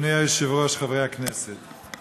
אדוני היושב-ראש, חברי הכנסת.